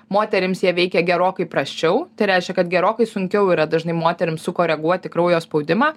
moterims jie veikia gerokai prasčiau tai reiškia kad gerokai sunkiau yra dažnai moterims sukoreguoti kraujo spaudimą